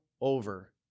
over